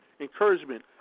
encouragement